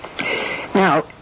Now